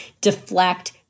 deflect